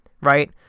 right